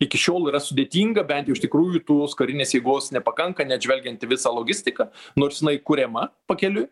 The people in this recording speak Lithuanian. iki šiol yra sudėtinga bent jau iš tikrųjų tos karinės jėgos nepakanka net žvelgiant į visą logistiką nors jinai kuriama pakeliui